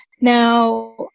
Now